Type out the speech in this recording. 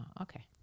okay